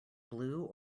blue